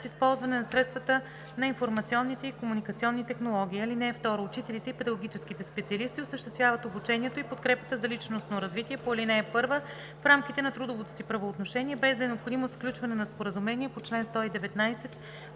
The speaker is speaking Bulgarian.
използване на средствата на информационните и комуникационните технологии. (2) Учителите и педагогическите специалисти осъществяват обучението и подкрепата за личностно развитие по ал. 1 в рамките на трудовото си правоотношение, без да е необходимо сключване на споразумения по чл. 119